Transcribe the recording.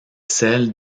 celle